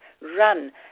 run